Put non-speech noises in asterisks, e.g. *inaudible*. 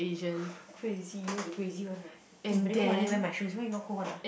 *breath* crazy you are the crazy one ah eh very cold I need to wear my shoes why you not cold one ah